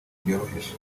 byoroheje